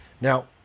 Now